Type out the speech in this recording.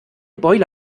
beule